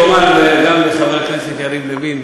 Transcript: אני מבקש לומר גם לחבר הכנסת יריב לוין,